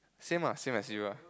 same ah same as you ah